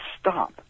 stop